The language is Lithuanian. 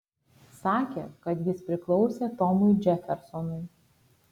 sakė kad jis priklausė tomui džefersonui